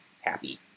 happy